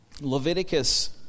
Leviticus